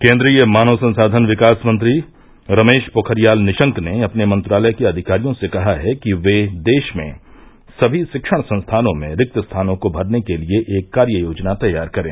केन्द्रीय मानव संसाधन विकास मंत्री रमेश पोखरियाल निशंक ने अपने मंत्रालय के अधिकारियों से कहा है कि वे देश में सभी शिक्षण संस्थानों में रिक्त स्थानों को भरने के लिए एक कार्ययोजना तैयार करें